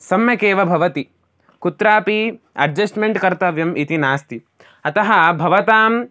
सम्यक् एव भवति कुत्रापि अड्जस्ट्मेण्ट् कर्तव्यम् इति नास्ति अतः भवतां